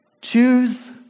Choose